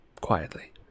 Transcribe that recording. quietly